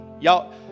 Y'all